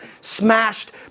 smashed